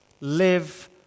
live